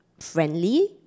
friendly